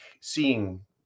seeing